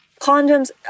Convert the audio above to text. condoms